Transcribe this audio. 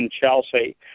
Chelsea